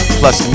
plus